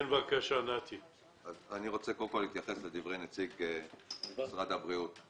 אני רוצה קודם כול להתייחס לדברי נציג משרד הבריאות.